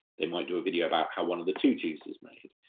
they might do a video about how one of the tutus is made,